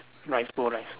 rice bowl rice